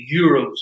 euros